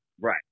right